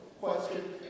question